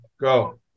Go